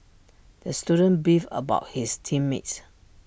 the student beefed about his team mates